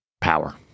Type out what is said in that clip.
power